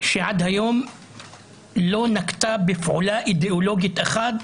שעד היום לא נקטה בפעולה אידיאולוגית אחת.